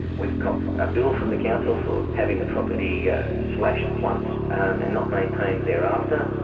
we've copped a bill from the council for having the property yeah slashed once, and not maintained thereafter.